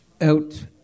out